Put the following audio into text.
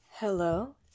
Hello